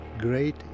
great